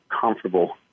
comfortable